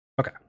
okay